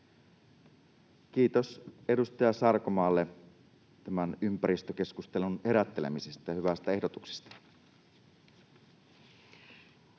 Kiitos edustaja Sarkomaalle tämän ympäristökeskustelun herättelemisestä ja hyvästä ehdotuksesta.